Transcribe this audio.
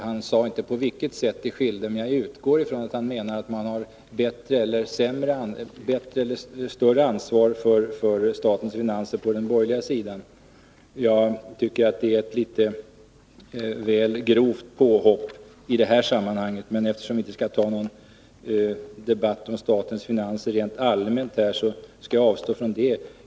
Han sade inte på vilket sätt, men jag utgår ifrån att han menar att man har större ansvar för statens finanser på den borgerliga sidan. Jag tycker att han gjorde ett litet väl grovt påhopp i detta sammanhang. Men eftersom vi inte skall ha någon debatt om statens finanser rent allmänt här, skall jag avstå från det.